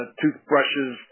toothbrushes